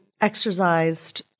exercised